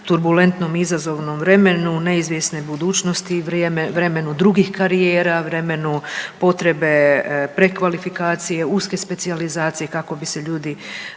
turbulentnom i izazovnom vremenu neizvjesne budućnosti, vremenu drugih karijera, vremenu potrebe prekvalifikacije, uske specijalizacije kako bi se ljudi